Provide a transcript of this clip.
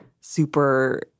super—